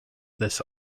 this